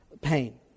pain